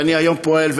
ואני היום פועל.